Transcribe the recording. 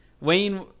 Wayne